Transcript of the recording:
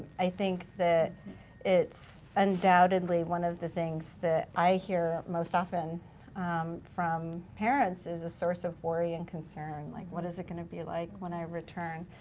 i think that it's undoubtedly one of the things that i hear most often from parents as a source of worry and concern. like what is it gonna be like when i return.